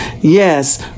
Yes